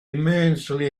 immensely